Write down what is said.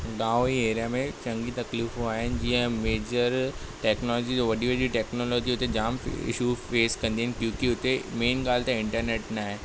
गांवई area में चङियूं तकलीफ़ूं आहिनि जीअं मेज़र टेक्नोलॉजी जो वॾी वॾी टेक्नोलॉजी उते जाम इश्युसि फेस कंदियूं आहिनि क्योंकि उते मैन ॻाल्हि त इंटरनेट न आहे